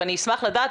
ואשמח לדעת,